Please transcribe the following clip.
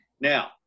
Now